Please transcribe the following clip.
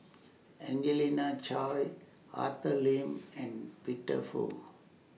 Angelina Choy Arthur Lim and Peter Fu